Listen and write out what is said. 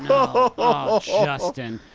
but oh, justin.